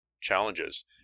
challenges